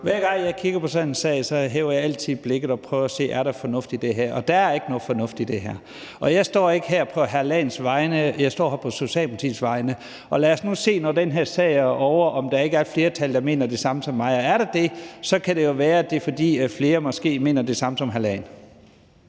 Hver gang jeg kigger på sådan en sag, hæver jeg altid blikket og prøver at se, om der er fornuft i det, og der er ikke nogen fornuft i det her, og jeg står ikke her på hr. Leif Lahn Jensens vegne. Jeg står her på Socialdemokratiets vegne, og lad os nu se, når den her sag er ovre, om der ikke er et flertal, der mener det samme som mig. Og er der det, kan det jo være, at det er, fordi flere måske mener det samme som hr.